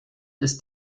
ist